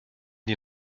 die